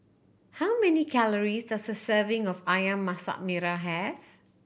how many calories does a serving of Ayam Masak Merah have